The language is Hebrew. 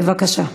בבקשה.